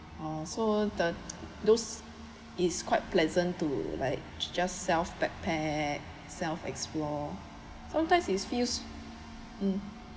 oh so the those it's quite pleasant to like just self backpack self explore sometimes it feels um